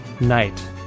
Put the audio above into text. night